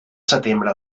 setembre